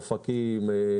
אופקים,